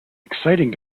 exciting